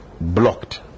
blocked